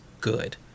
good